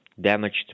damaged